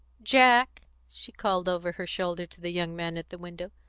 jack, she called over her shoulder to the young man at the window,